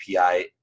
API